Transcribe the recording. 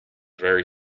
very